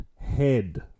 head